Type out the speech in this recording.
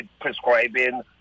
prescribing